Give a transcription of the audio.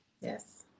Yes